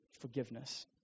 forgiveness